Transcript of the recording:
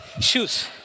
shoes